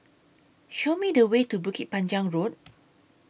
Show Me The Way to Bukit Panjang Road